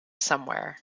somewhere